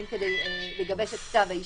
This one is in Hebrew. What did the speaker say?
52"